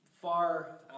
far